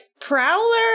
Prowler